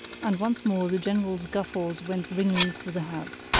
and once more the general's guffaws went ringing through the house.